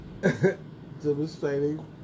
demonstrating